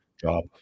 job